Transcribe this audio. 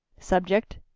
subject,